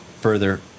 further